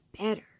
better